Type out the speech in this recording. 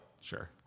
sure